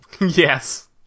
Yes